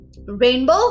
Rainbow